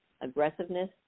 aggressiveness